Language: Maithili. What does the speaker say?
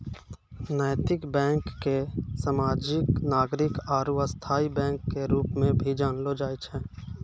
नैतिक बैंक के सामाजिक नागरिक आरू स्थायी बैंक के रूप मे भी जानलो जाय छै